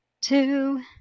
two